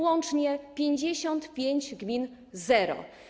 Łącznie 55 gmin - zero.